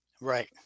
Right